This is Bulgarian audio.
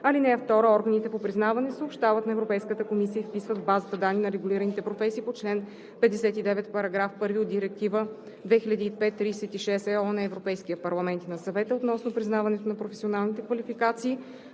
(2) Органите по признаване съобщават на Европейската комисия и вписват в базата данни на регулираните професии по чл. 59, параграф 1 от Директива 2005/36/ЕО на Европейския парламент и на Съвета относно признаването на професионалните квалификации